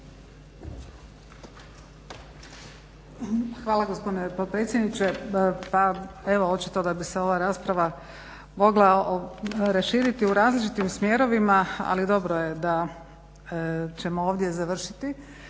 Hvala gospodine potpredsjedniče. Pa evo očito da bi se ova rasprava mogla raširiti u različitim smjerovima, ali dobro je da ćemo ovdje završiti.